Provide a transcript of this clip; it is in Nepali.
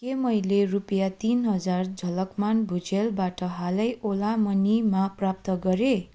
के मैले रुपियाँ तिन हजार झलकमान भुजेलबाट हालै ओला मनीमा प्राप्त गरेँ